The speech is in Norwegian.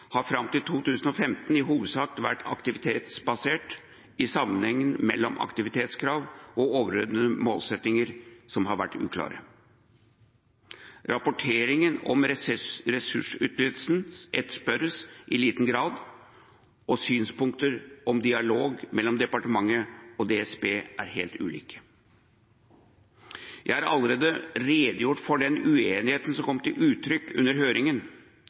har fram til 2015 i hovedsak vært aktivitetsbasert, og sammenhengen mellom aktivitetskrav og overordnede målsettinger har vært uklar. Rapportering om ressursutnyttelse etterspørres i liten grad, og synspunkter på dialogen mellom departementet og DSB er helt ulike. Jeg har allerede redegjort for den uenigheten som kom til uttrykk under høringen